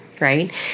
right